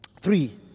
three